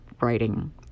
writing